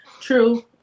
true